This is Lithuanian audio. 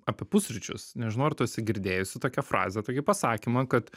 apie pusryčius nežinau ar tu esi girdėjusi tokią frazę tokį pasakymą kad